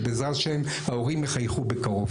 שבעזרת השם ההורים יחייכו בקרוב.